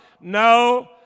No